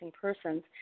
Persons